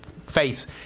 face